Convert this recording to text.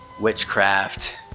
witchcraft